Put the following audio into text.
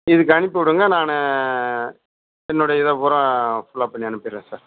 இதுக்கு அனுப்பி விடுங்க நான் என்னுடைய இதை பூரா ஃபுல்லப் பண்ணி அனுப்பிடுறேன் சார்